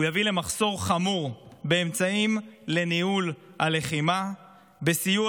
הוא יביא למחסור חמור באמצעים לניהול הלחימה ולסיוע